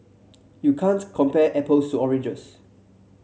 you can't compare apples to oranges